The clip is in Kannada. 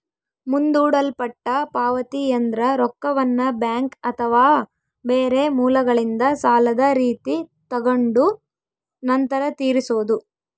ಮುಂದೂಡಲ್ಪಟ್ಟ ಪಾವತಿಯೆಂದ್ರ ರೊಕ್ಕವನ್ನ ಬ್ಯಾಂಕ್ ಅಥವಾ ಬೇರೆ ಮೂಲಗಳಿಂದ ಸಾಲದ ರೀತಿ ತಗೊಂಡು ನಂತರ ತೀರಿಸೊದು